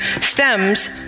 stems